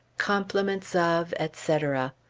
compliments of, etc!